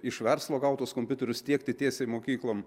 iš verslo gautos kompiuterius tiekti tiesiai mokyklom